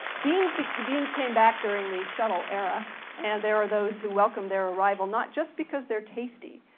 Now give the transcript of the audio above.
beans but beans came back during the shuttle era and there were those who welcomed their arrival, not just because they're tasty.